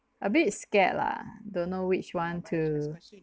a bit scared lah don't know which one to